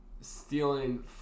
stealing